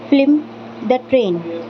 film the train